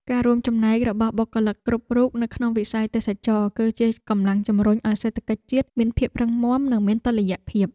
ការរួមចំណែករបស់បុគ្គលិកគ្រប់រូបនៅក្នុងវិស័យទេសចរណ៍ គឺជាកម្លាំងជំរុញឱ្យសេដ្ឋកិច្ចជាតិមានភាពរឹងមាំនិងមានតុល្យភាព។